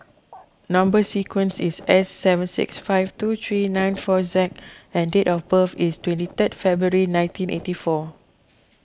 Number Sequence is S seven six five two three nine four Z and date of birth is twenty third February nineteen eighty four